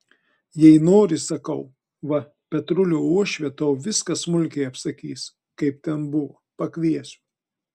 jei nori sakau va petrulio uošvė tau viską smulkiai apsakys kaip ten buvo pakviesiu